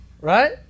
Right